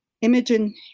Imogen